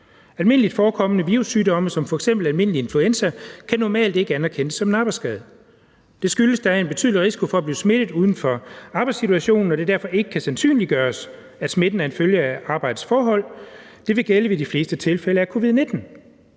Almindeligt forekommende virussygdomme som f.eks. almindelig influenza kan normalt ikke anerkendes som en arbejdsskade. Det skyldes, at der er en betydelig risiko for at blive smittet uden for arbejdssituationen, og at det derfor ikke kan sandsynliggøres, at smitten er en følge af arbejdets forhold. Det vil gælde ved de fleste tilfælde af COVID-19.